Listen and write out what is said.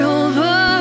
over